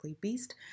Beast